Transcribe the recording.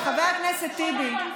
חבר הכנסת טיבי,